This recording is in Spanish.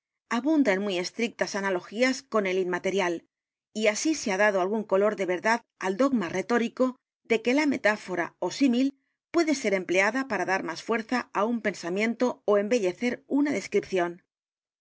en muy estrictas analogías con el inmaterial y así se ha dado algún color de verdad al dogma retórico de que la metáfora ó símil puede ser empleada p a r a dar más fuerza á un pensamiento ó embellecer una descripción